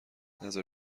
نزار